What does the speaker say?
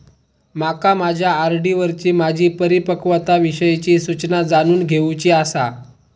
माका माझ्या आर.डी वरची माझी परिपक्वता विषयची सूचना जाणून घेवुची आसा